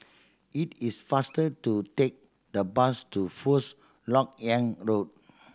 it is faster to take the bus to First Lok Yang Road